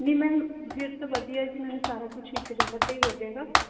ਨਹੀਂ ਮੈਮ ਫੇਰ ਤਾਂ ਵਧੀਆ ਜੀ ਮੈਮ ਸਾਰਾ ਕੁਝ ਇੱਕ ਜਗ੍ਹਾ 'ਤੇ ਹੀ ਹੋ ਜਾਵੇਗਾ